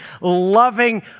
loving